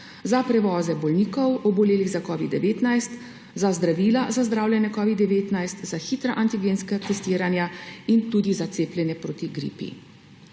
za prevoze bolnikov, obolelih za covidom-19, za zdravila za zdravljenje covida-19, za hitra antigenska testiranja in tudi za cepljenje proti gripi.